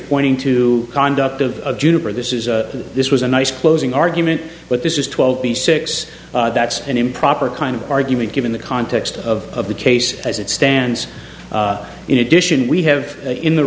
pointing to conduct of juniper this is the this was a nice closing argument but this is twelve b six that's an improper kind of argument given the context of the case as it stands in addition we have in the